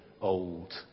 old